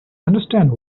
understand